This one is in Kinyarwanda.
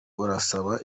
urasaba